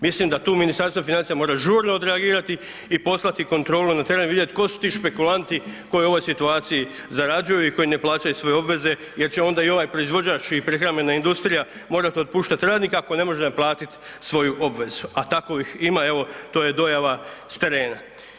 Mislim da tu Ministarstvo financija mora žurno odreagirati i poslati na teren, vidjeti tko su ti špekulanti koji u ovoj situaciji zarađuju i koji ne plaćaju svoje obveze jer će onda i ovaj proizvođač i prehrambena industrija morati otpuštati radnike ako ne može naplatiti svoju obvezu, a takvih ima evo to je dojava s terena.